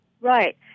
Right